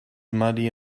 muddy